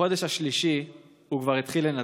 בחודש השלישי הוא כבר התחיל לנדנד.